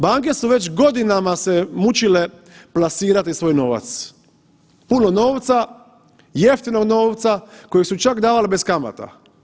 Banke su već godinama se mučile plasirati svoj novac, puno novca, jeftinog novca kojeg su čak davale bez kamata.